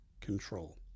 control